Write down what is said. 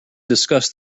discuss